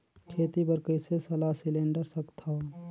खेती बर कइसे सलाह सिलेंडर सकथन?